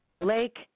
Lake